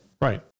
Right